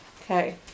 Okay